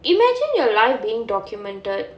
imagine your life being documented